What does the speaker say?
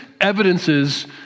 evidences